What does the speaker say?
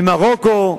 ממרוקו,